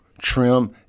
trim